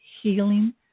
healing